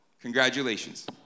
Congratulations